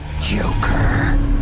Joker